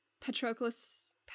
Patroclus